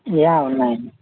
yeah ఉన్నాయి